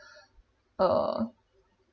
uh